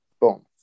Boom